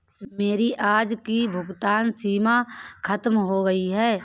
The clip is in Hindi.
मेरी आज की भुगतान सीमा खत्म हो गई है